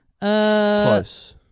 Close